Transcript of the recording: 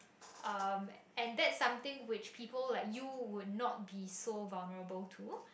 um and that's something which people like you would not be so vulnerable to